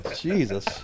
Jesus